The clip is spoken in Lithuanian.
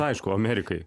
aišku o amerikai